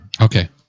Okay